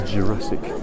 Jurassic